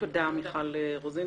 תודה, מיכל רוזין.